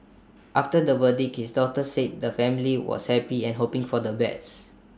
after the verdict his daughter said the family was happy and hoping for the best